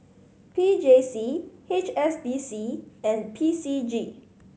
P J C H S B C and P C G